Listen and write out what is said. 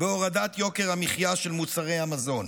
בהורדת יוקר המחיה של מוצרי המזון,